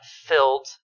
filled